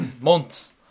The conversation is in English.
months